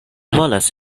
volas